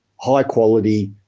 high-quality,